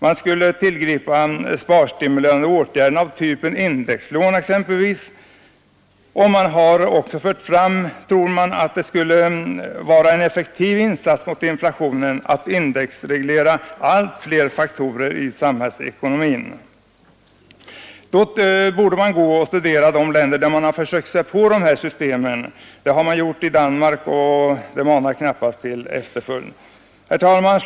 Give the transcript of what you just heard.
Man skulle tillgripa sparstimulerande åtgärder av typen indexlån exempelvis. Motionärerna tror också att det skulle vara en effektiv insats mot inflationen att indexreglera allt flera faktorer i samhälisekonomin. Då borde man studera de länder, som försökt sig på detta system. Så har skett i Danmark, men det manar knappast till efterföljd. Herr talman!